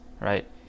right